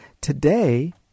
Today